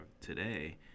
today